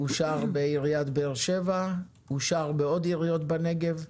אושר בעיריית באר שבע ובעוד עיריות בנגב,